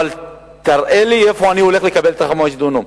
אבל תראה לי איפה אני הולך לקבל את 5 הדונמים,